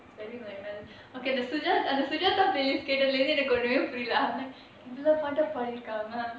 it's very இந்த:intha sujaatha கேட்ட அப்புறம் ஒண்ணுமே புரியல:kaeta appuram onnumae puriyala